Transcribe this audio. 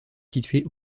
située